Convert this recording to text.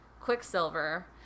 Quicksilver